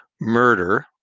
murder